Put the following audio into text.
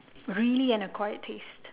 really an acquired taste